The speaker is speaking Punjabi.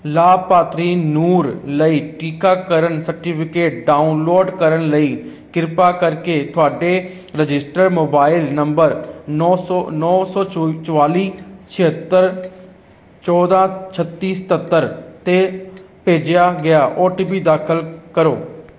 ਲਾਭਪਾਤਰੀ ਨੂਰ ਲਈ ਟੀਕਾਕਰਨ ਸਰਟੀਫਿਕੇਟ ਡਾਊਨਲੋਡ ਕਰਨ ਲਈ ਕਿਰਪਾ ਕਰਕੇ ਤੁਹਾਡੇ ਰਜਿਸਟਰਡ ਮੋਬਾਈਲ ਨੰਬਰ ਨੌ ਸੌ ਨੌ ਚੁ ਚੁਤਾਲੀ ਛਿਹੱਤਰ ਚੌਦ੍ਹਾਂ ਛੱਤੀ ਸਤੱਤਰ 'ਤੇ ਭੇਜਿਆ ਗਿਆ ਓ ਟੀ ਪੀ ਦਾਖਲ ਕਰੋ